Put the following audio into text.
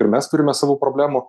ir mes turime savų problemų